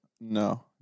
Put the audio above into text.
No